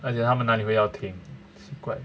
而且他们那里我要听奇怪